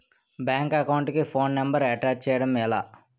Bank account కి phone number attach చేయడం ఎలా?